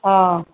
ஆ